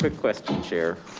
but question chair.